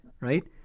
right